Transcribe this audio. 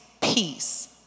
peace